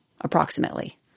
Approximately